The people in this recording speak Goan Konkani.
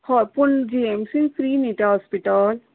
हय पूण जिएमसीन फ्रि न्हि ते हॉस्पिटल